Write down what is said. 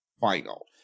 final